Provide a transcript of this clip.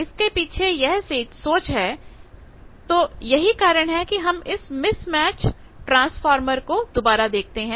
इसके पीछे यह सोच है तो यही कारण है कि हम इस मिसमैच ट्रांसफार्मर को दोबारा देखते हैं